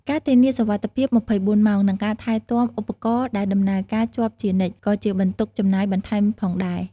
ការធានាសុវត្ថិភាព ២៤ ម៉ោង និងការថែទាំឧបករណ៍ដែលដំណើរការជាប់ជានិច្ច ក៏ជាបន្ទុកចំណាយបន្ថែមផងដែរ។